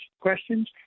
questions